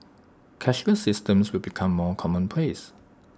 cashless systems will become more commonplace